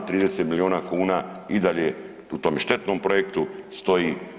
30 milijuna kuna i dalje u tom štetnom projektu stoji